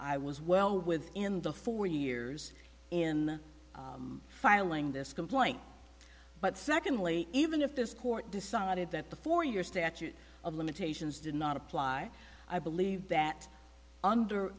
i was well within the four years in filing this complaint but secondly even if this court decided that the for your statute of limitations did not apply i believe that under